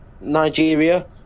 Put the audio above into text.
Nigeria